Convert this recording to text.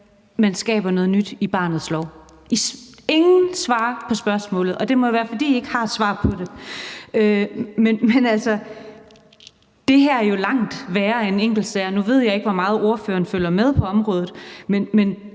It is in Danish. man skaber noget nyt i barnets lov. Ingen svarer på spørgsmålet, og det må jo være, fordi I ikke har et svar på det. Men altså, det her er jo langt værre end enkeltsager. Nu ved jeg ikke, hvor meget ordføreren følger med på området, men